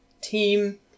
team